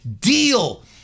deal